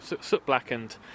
soot-blackened